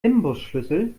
imbusschlüssel